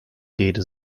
rede